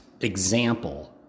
example